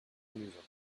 amusant